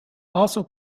also